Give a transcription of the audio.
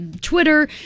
twitter